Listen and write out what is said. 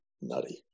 nutty